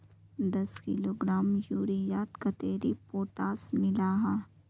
दस किलोग्राम यूरियात कतेरी पोटास मिला हाँ?